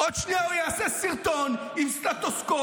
עוד שנייה הוא יעשה סרטון עם סטטוסקופ,